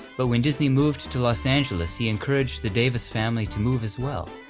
but when disney moved to los angeles, he encouraged the davis family to move as well,